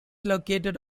located